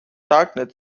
darknet